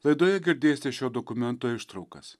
laidoje girdėsite šio dokumento ištraukas